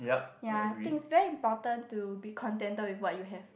ya I think it's very important to be contented with what you have